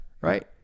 right